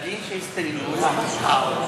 דגים שהסתננו לחוק.